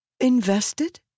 Invested